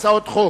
הצעות חוק.